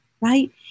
right